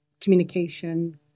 communication